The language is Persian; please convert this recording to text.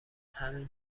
همین